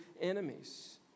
enemies